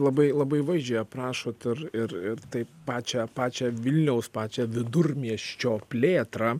labai labai vaizdžiai aprašot ir ir ir taip pačią pačią vilniaus pačią vidurmieščio plėtrą